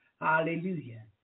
Hallelujah